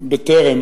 בטרם